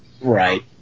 Right